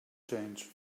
change